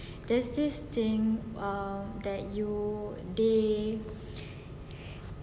that's this thing um that you date